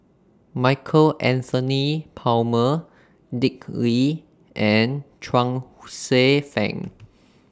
Michael Anthony Palmer Dick Lee and Chuang Hsueh Fang